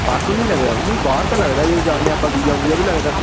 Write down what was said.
passport ਨਹੀਂ ਲੱਗਦਾ ਓ ਨਹੀਂ ਬਾਹਰ ਤਾਂ ਲੱਗਦਾ ਜਦੋਂ ਜਾਂਦੇ ਆ ਆਪਾਂ ਵੀਜ਼ਾ ਵੂਜਾ ਵੀ ਲੱਗਦਾ